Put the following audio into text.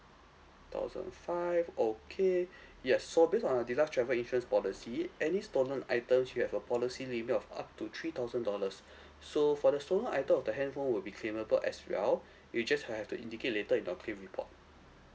thousand five okay yes so based on our deluxe travel insurance policy any stolen items you have a policy limit of up to three thousand dollars so for the stolen item of the handphone will be claimable as well you just have to indicate later in your claim report